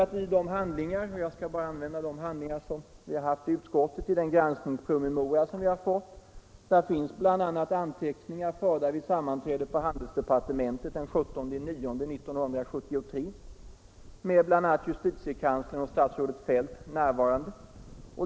För i de handlingar vi fått — jag skall använda de handlingar vi = statsrådens haft i utskottet i granskningspromemorian — finns bl.a. anteckningar = tjänsteutövning förda vid sammanträdet på handelsdepartementet den 17 september 1973 — m.m. med bl.a. justitiekanslern och statsrådet Feldt närvarande.